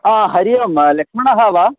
हा हरिः ओं लक्ष्मणः वा